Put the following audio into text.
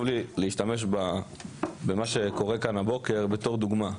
לי להשתמש במה שקורה כאן הבוקר כדוגמה.